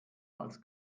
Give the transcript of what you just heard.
als